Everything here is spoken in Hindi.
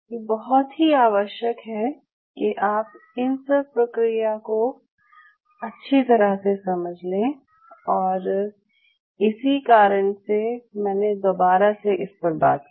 ये बहुत ही आवश्यक है कि आप इन सब प्रक्रिया को अच्छी तरह से समझ लें और इसी कारण से मैंने दोबारा से इस पर बात की